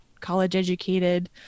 college-educated